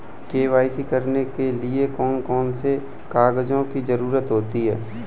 KYC करने के लिए कौन कौन से कागजों की जरूरत होती है?